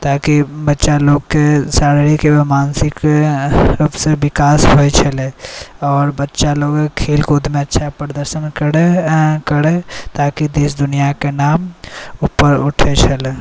ताकि बच्चा लोकके शारीरिक एवम् मानसिक रूपसँ विकास होइ छलै आओर बच्चा लोक खेलकूदमे अच्छा प्रदर्शन करै करै ताकि देश दुनिआके नाम उपर उठै छलै